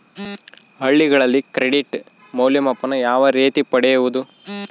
ಹಳ್ಳಿಗಳಲ್ಲಿ ಕ್ರೆಡಿಟ್ ಮೌಲ್ಯಮಾಪನ ಯಾವ ರೇತಿ ಪಡೆಯುವುದು?